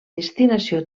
destinació